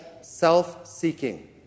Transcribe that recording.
self-seeking